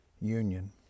union